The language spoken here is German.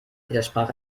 widersprach